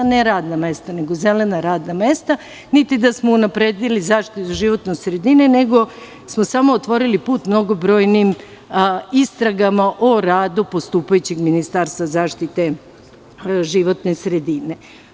Ne radna mesta, nego zelena radna mesta, niti da smo unapredili zaštitu životne sredine, nego smo otvorili put mnogobrojnim istragama o radu postupajućeg ministarstva zaštite životne sredine.